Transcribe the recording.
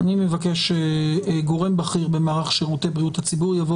אני מבקש גורם בכיר במערך שירותי בריאותה ציבור שיבוא